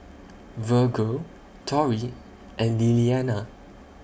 Virgel Torrie and Lillianna